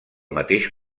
mateix